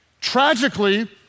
Tragically